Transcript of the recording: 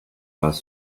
bus